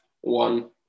one